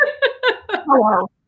hello